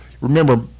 remember